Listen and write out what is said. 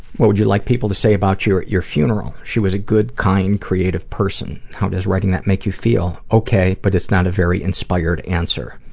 what would you like people to say about you at your funeral? she was a good, kind, creative person. how does writing that make you feel? okay, but its not a very inspired answer.